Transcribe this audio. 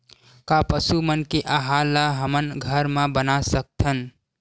का पशु मन के आहार ला हमन घर मा बना सकथन?